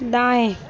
दाएँ